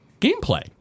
gameplay